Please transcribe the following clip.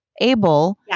able